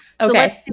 Okay